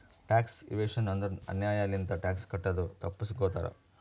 tax evasion ಅಂದುರ್ ಅನ್ಯಾಯ್ ಲಿಂತ ಟ್ಯಾಕ್ಸ್ ಕಟ್ಟದು ತಪ್ಪಸ್ಗೋತಾರ್